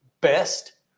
best